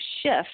shift